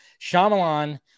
Shyamalan